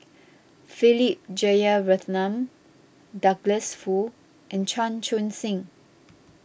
Philip Jeyaretnam Douglas Foo and Chan Chun Sing